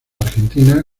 argentina